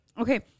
Okay